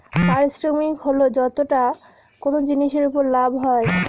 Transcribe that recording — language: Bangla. পারিশ্রমিক হল যতটা কোনো জিনিসের উপর লাভ হয়